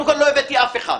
קודם כול, לא הבאתי אף אחד.